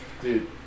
Dude